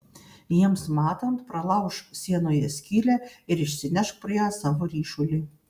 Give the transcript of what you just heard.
jiems matant pralaužk sienoje skylę ir išsinešk pro ją savo ryšulį